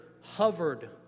hovered